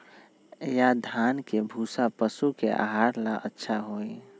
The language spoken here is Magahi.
या धान के भूसा पशु के आहार ला अच्छा होई?